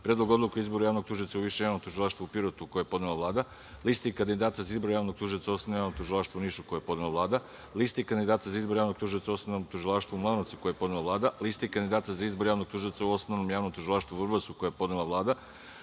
Predlogu odluke o izboru javnog tužioca u Višem javnom tužilaštvu u Pirotu, koji je podnela Vlada, Listi kandidata za izbor javnog tužioca u Osnovnom javnom tužilaštvu u Nišu, koji je podnela Vlada, Listi kandidata za izbor javnog tužioca u Osnovnom javnom tužilaštvu u Mladenovcu, koji je podnela Vlada, Listi kandidata za izbor javnog tužioca u Osnovnom javnom tužilaštvu u Vrbasu, koji je podnela Vlada,